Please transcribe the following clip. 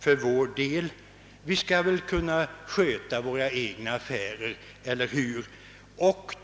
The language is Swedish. Vi bör väl kunna sköta våra egna affärer, eller hur?